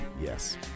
Yes